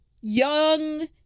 young